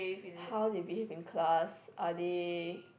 how they behave in class are they